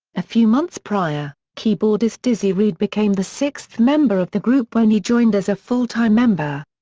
a few months prior, keyboardist dizzy reed became the sixth member of the group when he joined as a full-time member.